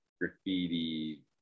graffiti